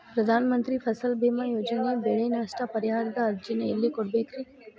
ಪ್ರಧಾನ ಮಂತ್ರಿ ಫಸಲ್ ಭೇಮಾ ಯೋಜನೆ ಬೆಳೆ ನಷ್ಟ ಪರಿಹಾರದ ಅರ್ಜಿನ ಎಲ್ಲೆ ಕೊಡ್ಬೇಕ್ರಿ?